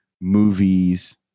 movies